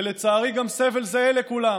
ולצערי גם סבל זהה לכולם,